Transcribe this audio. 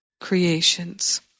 creations